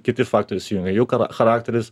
kiti faktoriai įsijungia jau charakteris